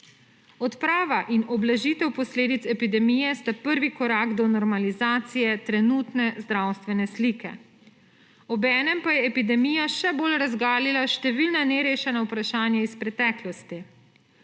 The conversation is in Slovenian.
Odprava in ublažitev posledic epidemije sta pravi korak do normalizacije trenutne zdravstvene slike. Obenem pa je epidemija še bolj razgalila številna nerešena vprašanja iz preteklosti.